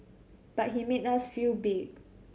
but he made us feel big